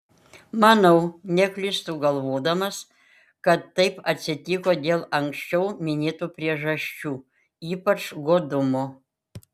manau neklystu galvodamas kad taip atsitiko dėl anksčiau minėtų priežasčių ypač godumo